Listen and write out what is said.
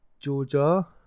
Georgia